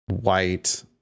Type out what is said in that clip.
white